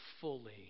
fully